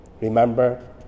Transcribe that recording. Remember